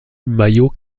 mayo